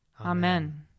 Amen